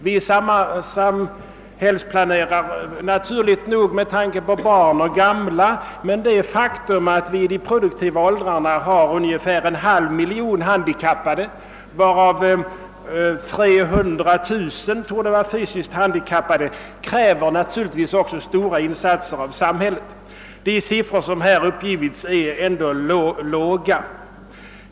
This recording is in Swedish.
Vi samhällsplanerar naturligt nog med tanke på barn och gamla, men det faktum att vi i dag har ungefär 500 000 handikappade i de produktiva åldrarna, varav åtminstone 300 000 torde vara fysiskt handikappade, kräver naturligtvis också stora insatser av samhället. De siffror som här angivits torde vara lågt tilltagna.